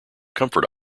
comfort